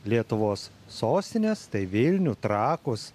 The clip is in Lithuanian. lietuvos sostines tai vilnių trakus